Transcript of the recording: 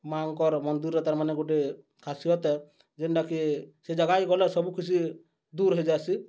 ମା'ଙ୍କର ମନ୍ଦିର୍ର ତାର୍ମାନେ ଗୁଟେ ଖାସ୍ୟତ୍ ଏ ଯେନ୍ଟାକି ସେ ଜାଗାକେ ଗଲେ ସବୁ କିଛି ଦୂର୍ ହେଇଯାଏସି